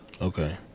Okay